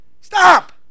Stop